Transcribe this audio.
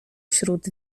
śród